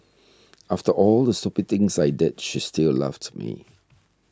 after all the stupid things I did she still loved me